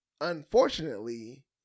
Unfortunately